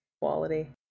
quality